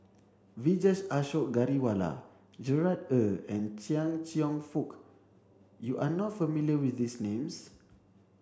Vijesh Ashok Ghariwala Gerard Ee and Chia Cheong Fook you are not familiar with these names